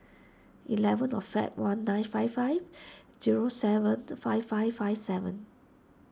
eleven of Feb one nine five five zero seven five five five seven